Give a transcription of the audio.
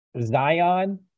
Zion